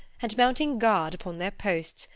and mounting guard upon their posts,